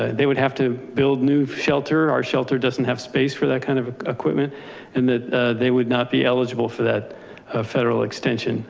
they would have to build new shelter. our shelter doesn't have space for that kind of equipment and that they would not be eligible for that federal extension.